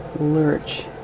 lurch